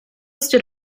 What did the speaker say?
stood